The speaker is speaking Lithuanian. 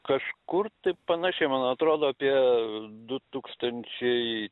kažkur tai panašiai man atrodo apie du tūkstančiai